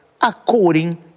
according